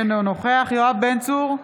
אינו נוכח יואב בן צור,